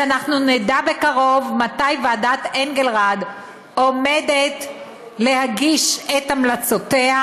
שאנחנו נדע בקרוב מתי ועדת אנגלרד עומדת להגיש את המלצותיה,